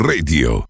Radio